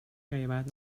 غیبت